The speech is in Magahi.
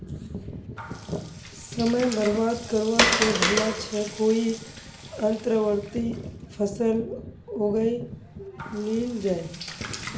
समय बर्बाद करवा स भला छ कोई अंतर्वर्ती फसल उगइ लिल जइ